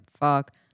Fuck